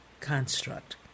construct